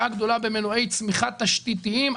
במנועי צמיחה תשתיתיים.